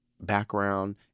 background